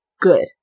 good